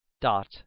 dot